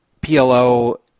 PLO